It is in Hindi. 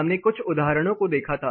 हमने कुछ उदाहरणों को देखा था